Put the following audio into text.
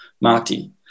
Marty